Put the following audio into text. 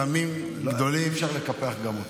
אי-אפשר לקפח גם אותם.